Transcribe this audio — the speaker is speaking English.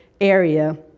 area